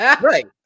Right